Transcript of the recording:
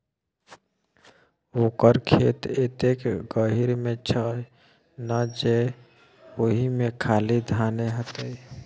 ओकर खेत एतेक गहीर मे छै ना जे ओहिमे खाली धाने हेतै